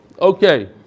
Okay